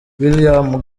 william